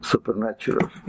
Supernatural